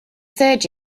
third